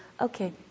Okay